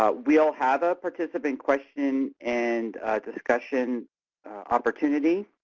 ah we will have a participant question and discussion opportunity.